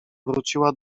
wróciła